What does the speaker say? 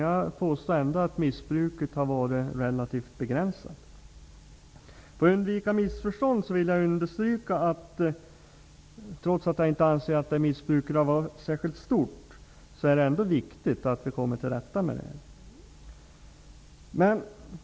Jag påstår ändå att missbruket har varit relativt begränsat. Men trots att jag anser att detta missbruk inte varit särskilt stort, vill jag, för att undvika missförstånd, understryka att det är viktigt att vi kommer till rätta med det.